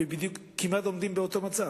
וכמעט עומדים באותו מצב.